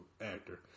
actor